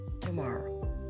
tomorrow